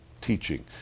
teaching